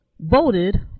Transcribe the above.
voted